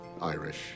Irish